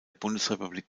bundesrepublik